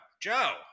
Joe